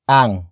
ang